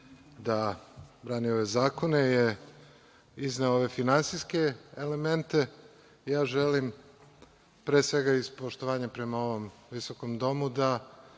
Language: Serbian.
da brani ove zakone, izneo je ove finansijske elemente, a ja želim, pre svega iz poštovanja prema ovom visokom domu, da